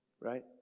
right